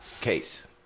case